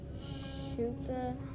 super